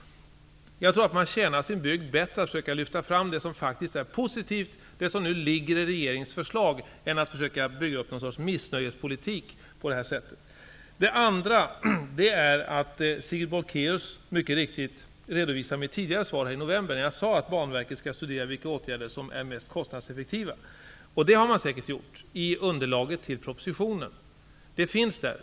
Jag tror att man tjänar sin bygd bättre om man försöker lyfta fram det som faktiskt är positivt, dvs. det som nu finns med i regeringens förslag, i stället för att försöka bygga upp en sorts missnöjespolitik. Sigrid Bolkéus redovisar mitt tidigare svar i november, där jag mycket riktigt sade att Banverket skall studera vilka åtgärder som är mest kostnadseffektiva. Det har man säkert gjort när det gäller underlaget till propositionen, så det finns med där.